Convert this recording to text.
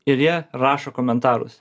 ir jie rašo komentarus